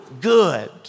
good